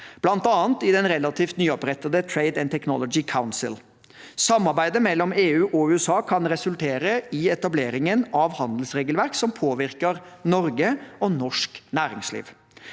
bl.a. i det relativt nyopprettede Trade and Technology Council. Samarbeidet mellom EU og USA kan resultere i etableringen av handelsregelverk som påvirker Norge og norsk næringsliv.